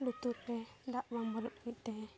ᱞᱩᱛᱩᱨ ᱨᱮ ᱫᱟᱜ ᱵᱟᱝ ᱵᱚᱞᱚᱜ ᱞᱟᱹᱜᱤᱫ ᱛᱮ